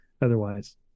otherwise